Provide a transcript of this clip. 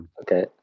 okay